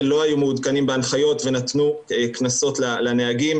לא היו מעודכנים בהנחיות ונתנו קנסות לנהגים,